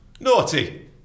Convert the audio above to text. Naughty